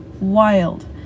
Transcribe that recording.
wild